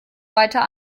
weiter